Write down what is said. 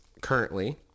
Currently